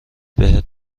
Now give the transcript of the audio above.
بهت